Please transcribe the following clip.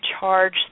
charge